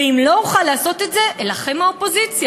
ואם לא אוכל לעשות את זה, אלחם מהאופוזיציה.